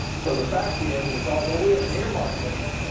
so the fact is is although we have an earmark ban,